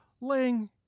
laying